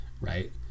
right